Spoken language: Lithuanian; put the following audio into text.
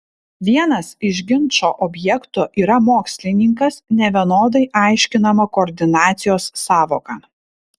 vienas iš ginčo objektų yra mokslininkas nevienodai aiškinama koordinacijos sąvoka